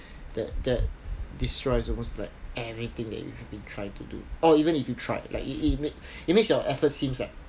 that that destroys almost like everything that you have been trying to do or even if you tried like it it makes it makes your efforts seems like